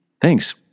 Thanks